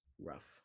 rough